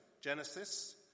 Genesis